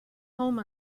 home